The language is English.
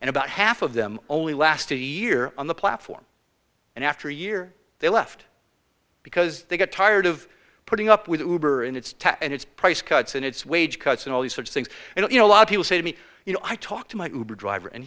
and about half of them only lasted a year on the platform and after a year they left because they got tired of putting up with hoover and it's tough and it's price cuts and it's wage cuts and all these sort of things and you know a lot of people say to me you know i talked to my cobra driver and